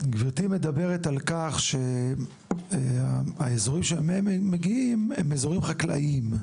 גברתי מדברת על כך שהאזורים שמהם הם מגיעים הם אזורים חקלאיים.